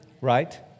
Right